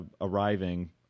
arriving